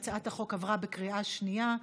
הצעת החוק עברה בקריאה שנייה.